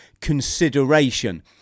consideration